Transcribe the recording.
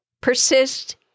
persist